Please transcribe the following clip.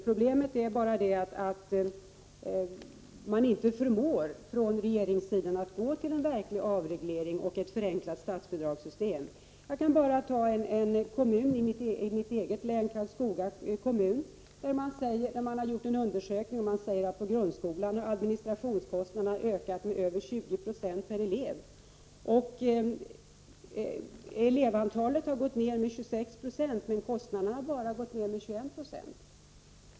Problemet är bara att man från regeringens sida inte förmår att verkligen avreglera och införa ett förenklat statsbidragssystem. Jag kan nämna en kommun i mitt eget län, Karlskoga kommun, där man har gjort en undersökning i vilken det sägs att administrationskostnaderna i grundskolan har ökat med över 20 Ze per elev. Antalet elever har minskat med 26 20, men kostnaderna har minskat med bara 21 96.